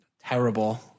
terrible